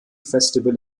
festival